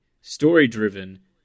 story-driven